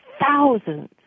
thousands